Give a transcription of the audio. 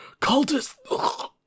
cultist